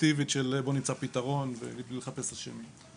הקונסטרוקטיבית של "בוא נמצא פתרון" ובלי לחפש אשמים.